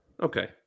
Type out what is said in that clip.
Okay